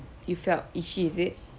you felt itchy is it